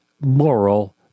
moral